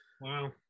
Wow